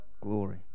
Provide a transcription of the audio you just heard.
glory